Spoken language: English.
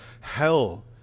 hell